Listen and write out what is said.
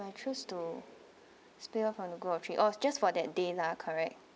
I choose to spill off from the group of three {orh] just for that day lah correct